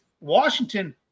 Washington –